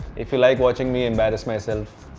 if you like watching me embarrass myself.